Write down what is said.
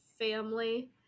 family